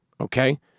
okay